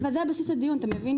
אבל זה הבסיס לדיון אתה מבין?